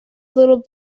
little